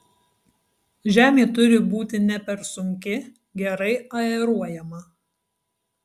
žemė turi būti ne per sunki gerai aeruojama